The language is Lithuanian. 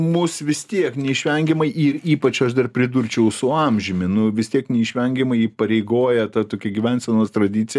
mus vis tiek neišvengiamai ir ypač aš dar pridurčiau su amžiumi nu vis tiek neišvengiamai įpareigoja ta tokia gyvensenos tradicija